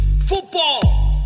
football